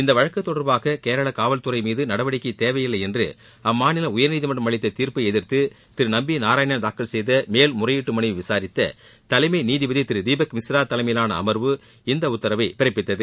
இந்த வழக்கு தொடர்பாக கேரள காவல்துறை மீது நடவடிக்கை தேவையில்லை என்று அம்மாநில உயர்நீதிமன்றம் அளித்த தீர்ப்பை எதிர்த்து திரு நம்பி நாரயாணன் தாக்கல் செய்த மேல்முறையீட்டு மனுவை விசாரித்த தலைமை நீதிபதி திரு தீபக் மிஸ்ரா தலைமையிலான அமர்வு இந்த உத்தரவை பிறப்பித்தது